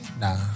Nah